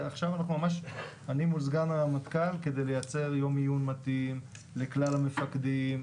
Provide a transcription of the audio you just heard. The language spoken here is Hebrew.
ועכשיו אני מול סגן הרמטכ"ל כדי לייצר יום עיון מתאים לכלל המפקדים,